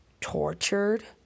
tortured